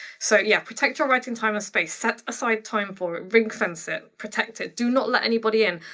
so, yeah, protect your writing time and space. set aside time for it, ring fence it, protect it. do not let anybody in.